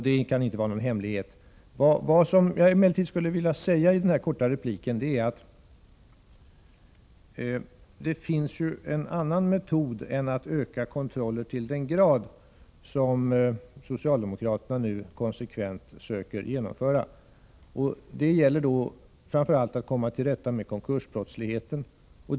Det kan inte vara någon hemlighet. Vad jag emellertid helst skulle vilja säga i den här korta repliken är att det ju finns en annan metod än den som går ut på att öka kontrollerna så till den grad som socialdemokraterna nu konsekvent söker göra. Det gäller då framför allt att komma till rätta med konkursbrottsligheten.